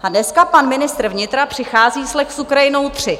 A dneska pan ministr vnitra přichází s lex Ukrajinou III.